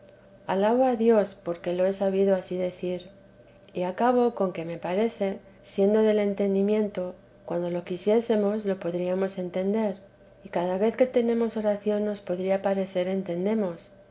alabo a dios porque lo he sabido ansí decir y acabo con que me parece siendo del entendimiento cuando lo quisiésemos lo podríamos entender y cada vez que tenemos oración nos podría parecer entendemos